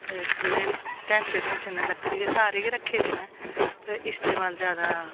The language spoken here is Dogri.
जेह्ड़े तैंथे तूंथे न लकड़ी सारे गै रक्खे दे न पर इस्तेमाल ज्यादा